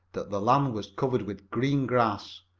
that the land was covered with green grass,